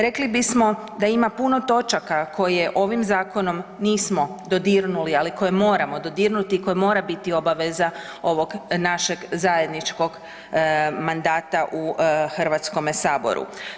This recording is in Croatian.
Rekli bismo da ima puno točaka koje ovim zakonom nismo dodirnuli, ali koje moramo dodirnuti koje mora biti obaveza ovog našeg zajedničkog mandata u Hrvatskome saboru.